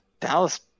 Dallas